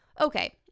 Okay